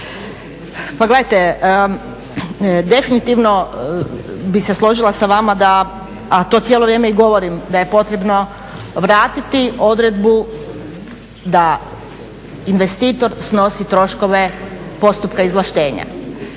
Pa gledajte, definitivno bi se složila sa vama da, a to cijelo vrijeme i govorim, da je potrebno vratiti odredbu da investitor snosi troškove postupka izvlaštenja,